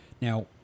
Now